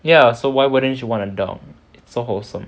ya so why wouldn't you want a dog it's so wholesome